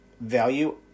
value